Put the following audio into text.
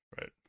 right